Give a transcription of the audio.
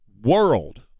world